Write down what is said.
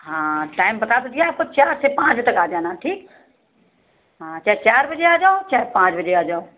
हाँ टाइम बता तो दिया आपको चार से पाँच तक आ जाना ठीक हाँ चाहे चार बजे आ जाओ चाहे पाँच बजे आ जाओ